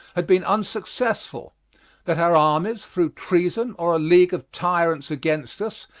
had been unsuccessful that our armies, through treason or a league of tyrants against us,